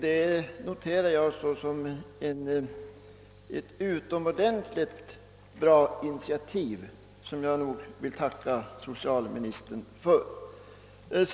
Det ser jag som ett utomordentligt bra initiativ, som jag särskilt vill tacka socialministern för.